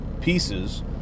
pieces